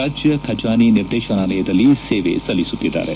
ರಾಜ್ಯ ಖಜಾನೆ ನಿರ್ದೇಶನಾಲಯದಲ್ಲಿ ಸೇವೆ ಸಲ್ಲಿಸುತ್ತಿದ್ದಾರೆ